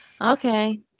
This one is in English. Okay